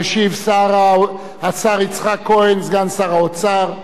המשיב, השר יצחק כהן, סגן שר האוצר,